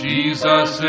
Jesus